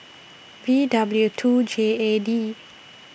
V W two J A D